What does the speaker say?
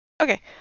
Okay